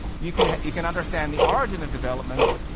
you can you can understand the origin of developments,